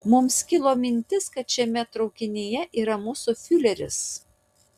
mums kilo mintis kad šiame traukinyje yra mūsų fiureris